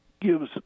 gives